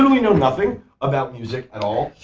um you know nothing about music at all.